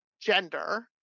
gender